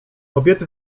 kobiety